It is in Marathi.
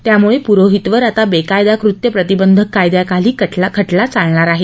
त्यामुळे पुरोहितवर आता बेकायदा कृत्य प्रतिबंधक कायद्याखाली खटला चालणार आहे